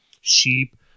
sheep